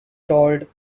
told